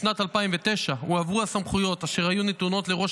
בשנת 2009 הועברו הסמכויות אשר היו נתונות לראש